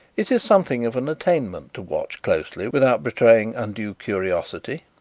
it is something of an attainment to watch closely without betraying undue curiosity,